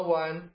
one